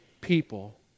people